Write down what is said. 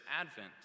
advent